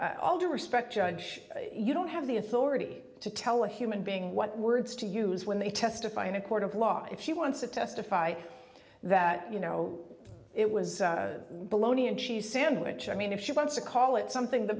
due respect judge you don't have the authority to tell a human being what words to use when they testify in a court of law if she wants to testify that you know it was baloney and cheese sandwich i mean if she wants to call it something that